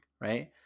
right